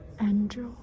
angel